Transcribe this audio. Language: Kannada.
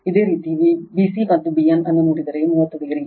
ಇದೇ ರೀತಿ bc ಮತ್ತು bn ಅನ್ನು ನೋಡಿದರೆ 30 o